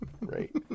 Right